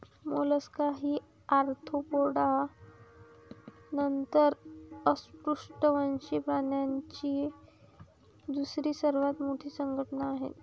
Mollusca ही Arthropoda नंतर अपृष्ठवंशीय प्राण्यांची दुसरी सर्वात मोठी संघटना आहे